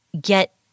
get